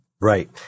Right